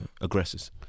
aggressors